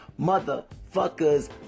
motherfuckers